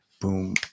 boom